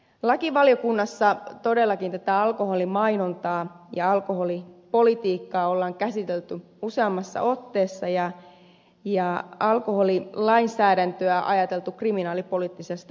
lakivaliokunnassa todellakin tätä alkoholimainontaa ja alkoholipolitiikkaa on käsitelty useammassa otteessa ja alkoholilainsäädäntöä ajateltu kriminaalipoliittisesta näkövinkkelistä